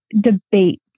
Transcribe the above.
debate